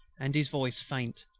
and his voice faint.